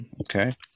Okay